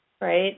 right